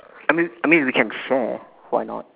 I mean I mean we can share why not